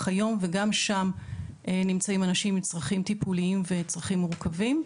היום וגם שם נמצאים אנשים עם צרכים טיפוליים וצרכים מורכבים.